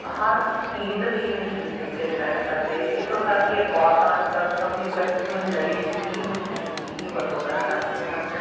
ਹਰ ਚੀਜ਼ ਲਈ ਮਸ਼ੀਨ ਦੇ ਉੱਤੇ ਡਿਪੈਂਡ ਕਰਦੇ ਇੱਥੋਂ ਤੱਕ ਕਿ ਔਰਤਾਂ ਅੱਜ ਕੱਲ੍ਹ ਸਬਜ਼ੀ ਕੱਟਣ ਲਈ ਵੀ ਮਸ਼ੀਨ ਦੀ ਹੀ ਵਰਤੋਂ ਕਰਨ ਲੱਗ ਪਈਆਂ ਹਨ